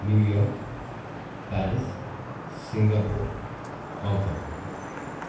New York Paris Singapore Hong Kong